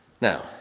Now